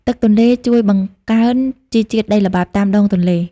ទឹកទន្លេជួយបង្កើនជីជាតិដីល្បាប់តាមដងទន្លេ។